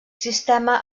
sistema